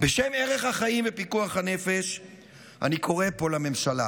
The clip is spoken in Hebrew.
בשם ערך החיים ופיקוח הנפש אני קורא פה לממשלה: